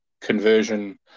conversion